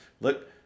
Look